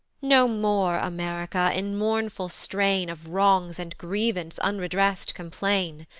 no more, america, in mournful strain of wrongs, and grievance unredress'd complain,